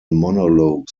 monologues